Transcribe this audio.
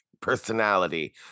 personality